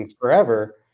forever